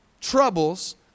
troubles